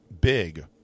big